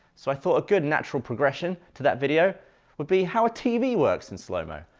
so i thought a good natural progression to that video would be how a tv works in slow mo.